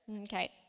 Okay